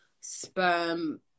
Sperm